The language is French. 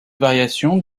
variations